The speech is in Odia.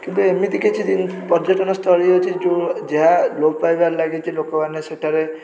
କିନ୍ତୁ ଏମିତି କିଛି ଯେଉଁ ପର୍ଯ୍ୟଟନସ୍ଥଳୀ ଅଛି ଯେଉଁ ଯାହା ଲୋପ ପାଇବାରେ ଲାଗିଛି ଲୋକମାନେ ସେଠାରେ